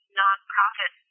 non-profit